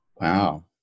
Wow